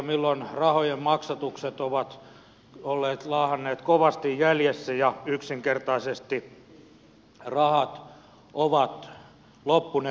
milloin rahojen maksatukset ovat laahanneet kovasti jäljessä ja yksinkertaisesti rahat ovat loppuneet